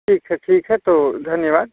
ठीक है ठीक है तो धन्यवाद